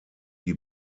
die